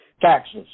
taxes